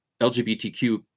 LGBTQ